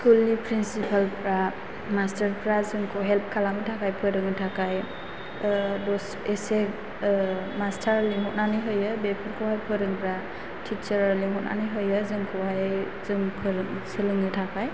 school नि principal फ्रा master फ्रा जोंखौ हेल्प खालामनो थाखाय फोरोंनो थाखाय एसे मास्टार लेंहरनानै होयो बेफोरखौ फोरोंग्रा टिचार लेंहरनानै होयो जोंखौहाय जों सोलोंनो थाखाय